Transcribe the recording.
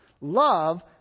love